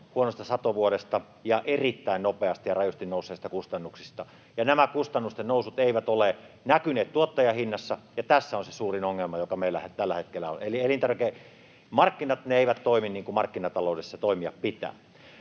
huonosta satovuodesta ja erittäin nopeasti ja rajusti nousseista kustannuksista. Nämä kustannusten nousut eivät ole näkyneet tuottajahinnassa, ja tässä on se suurin ongelma, joka meillä tällä hetkellä on. Eli elintarvikemarkkinat eivät toimi niin kuin markkinataloudessa toimia pitää.